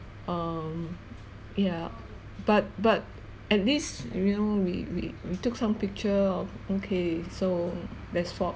um yeah but but at least you know we we we took some picture of okay so that's all